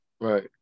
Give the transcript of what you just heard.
Right